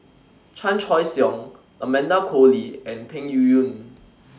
Chan Choy Siong Amanda Koe Lee and Peng Yuyun